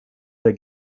der